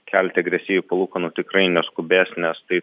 kelti agresyviai palūkanų tikrai neskubės nes tai